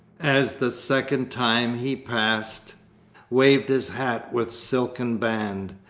as the second time he passed waved his hat with silken band.